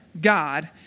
God